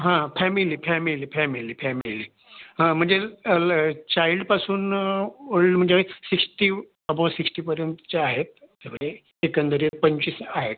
हां family family family family हं म्हणजे अलं चाईल्डपासून ओल्ड म्हणजे सिक्स्टी अबोव सिक्स्टीपर्यंतचे आहेत तेवढे एकंदरीत पंचवीस आहेत